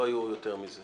לא היו יותר מזה.